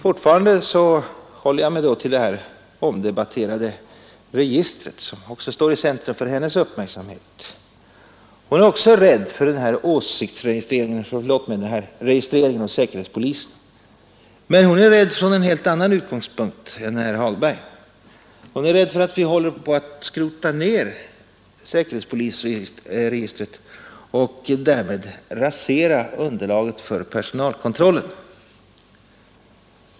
Fortfarande håller jag mig då till det så omdebatterade registret, som också står i centrum för hennes uppmärksamhet. Också hon är rädd för den registrering som görs av säkerhetspolisen, men hon är rädd från en helt annan utgångspunkt än herr Hagberg. Hon fruktar att vi håller på att skrota ner säkerhetspolisregistret och därmed raserar underlaget för personalkontrollen.